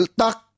tak